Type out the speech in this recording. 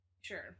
Sure